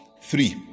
Three